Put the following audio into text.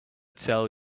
tell